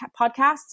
podcasts